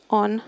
on